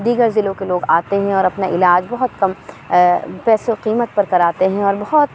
دیگر ضلعوں کے لوگ آتے ہیں اور اپنا علاج بہت کم پیسوں قیمت پر کراتے ہیں اور بہت